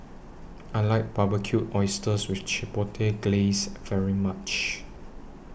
I like Barbecued Oysters with Chipotle Glaze very much